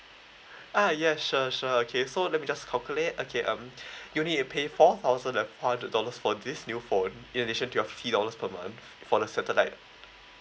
ah ya sure sure okay so let me just calculate okay um you'll need to pay four thousand and four hundred dollars for this new phone in addition to your fifty dollars per month for the satellite